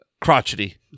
crotchety